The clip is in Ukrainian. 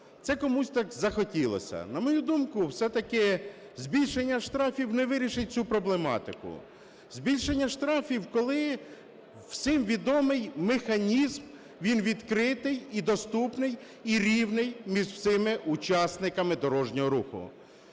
це комусь так захотілося. На мою думку, все-таки збільшення штрафів не вирішить цю проблематику. Збільшення штрафів, коли всім відомий механізм, він відкритий і доступний, і рівний між всіма учасниками дорожнього руху.